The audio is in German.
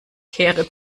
kehre